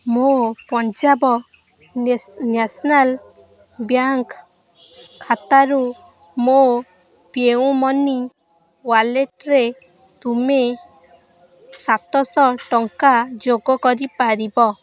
ମୋ Punjab national bank ଖାତାରୁ ମୋ ପେୟୁମନି ୱାଲେଟ୍ରେ ତୁମେ ସାତଶହ ଟଙ୍କା ଯୋଗ କରିପାରିବ